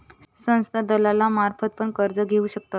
संस्था दलालांमार्फत पण कर्ज घेऊ शकतत